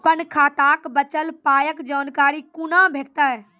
अपन खाताक बचल पायक जानकारी कूना भेटतै?